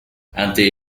ante